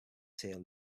tier